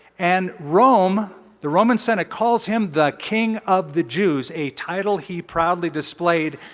and rome the roman senate calls him the king of the jews. a title he proudly displayed.